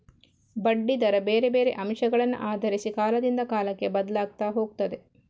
ಬಡ್ಡಿ ದರ ಬೇರೆ ಬೇರೆ ಅಂಶಗಳನ್ನ ಆಧರಿಸಿ ಕಾಲದಿಂದ ಕಾಲಕ್ಕೆ ಬದ್ಲಾಗ್ತಾ ಹೋಗ್ತದೆ